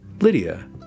lydia